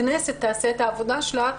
הכנסת תעשה את העבודה שלה,